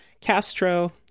Castro